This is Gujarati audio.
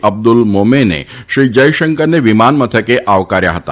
અબ્દુલ મોમેને શ્રી જયશંકરને વિમાનમથકે આવકાર્યા હતા